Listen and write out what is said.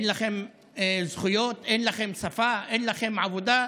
אין לכם זכויות, אין לכם שפה, אין לכם עבודה.